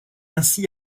ainsi